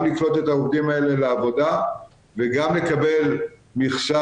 לקלוט את העובדים האלה לעבודה וגם לקבל מכסה,